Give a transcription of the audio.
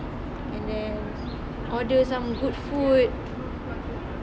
and then order some good food